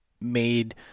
made